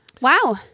Wow